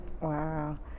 Wow